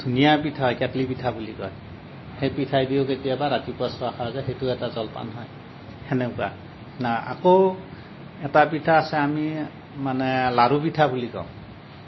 ধুনীয়া পিঠা হয় কেটলি পিঠা বুলি কয় সেই পিঠাইদিও কেতিয়াবা ৰাতিপুৱা চাহ খোৱা যায় সেইটোও এটা জলপান হয় সেনেকুৱা আকৌ এটা পিঠা আছে আমি মানে লাড়ু পিঠা বুলি কওঁ